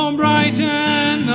brighten